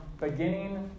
beginning